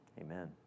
amen